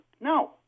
No